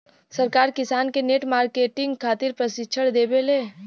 सरकार किसान के नेट मार्केटिंग खातिर प्रक्षिक्षण देबेले?